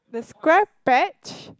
the square patch